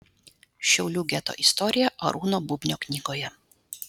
šiaulių geto istorija arūno bubnio knygoje